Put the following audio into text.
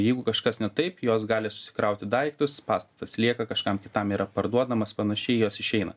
jeigu kažkas ne taip jos gali susikrauti daiktus pastatas lieka kažkam kitam yra parduodamas panašiai jos išeina